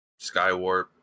Skywarp